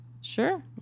sure